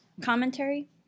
commentary